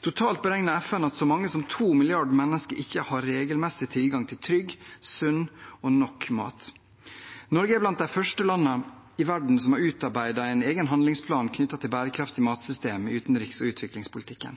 Totalt beregner FN at så mange som to milliarder mennesker ikke har regelmessig tilgang til trygg, sunn og nok mat. Norge er blant de første landene i verden som har utarbeidet en egen handlingsplan knyttet til bærekraftige matsystemer i utenriks- og utviklingspolitikken.